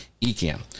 ecam